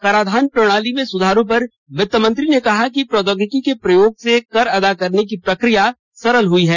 कराधान प्रणाली में सुधारों पर वित्त मंत्री ने कहा कि प्रौद्योगिकी के प्रयोग से कर अदा करने की प्रक्रिया सरल हुई है